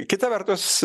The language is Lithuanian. kita vertus